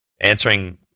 answering